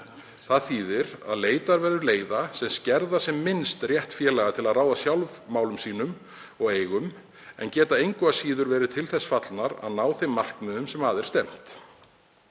Það þýðir að leita verður leiða sem skerða sem minnst rétt félaga til að ráða sjálf málum sínum og eigum en geta engu að síður verið til þess fallnar að ná þeim markmiðum sem að er stefnt.